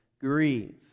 grieve